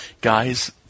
Guys